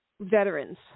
veterans